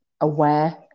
aware